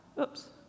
Oops